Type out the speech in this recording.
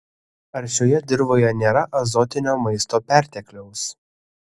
ar šioje dirvoje nėra azotinio maisto pertekliaus